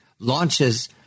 launches